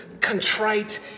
contrite